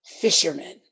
fishermen